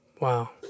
Wow